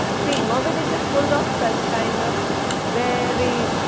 see moby-dick is full of such kind of very